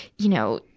you know,